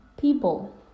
people